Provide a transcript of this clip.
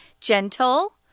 gentle